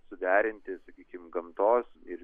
suderinti sakykim gamtos ir